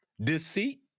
deceit